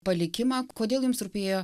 palikimą kodėl jums rūpėjo